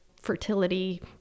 fertility